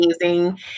amazing